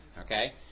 okay